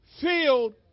filled